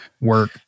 work